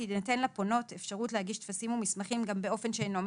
שתינתן לפונות אפשרות להגיש טפסים ומסמכים גם באופן שאינו מקוון,